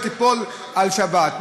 היא תיפול על שבת.